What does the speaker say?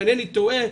אם אניני טועה,